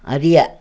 அறிய